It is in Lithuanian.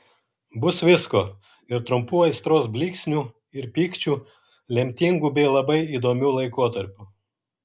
bus visko ir trumpų aistros blyksnių ir pykčių lemtingų bei labai įdomių laikotarpių